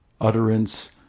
Utterance